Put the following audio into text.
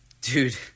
dude